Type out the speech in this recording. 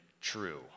true